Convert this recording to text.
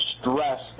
stress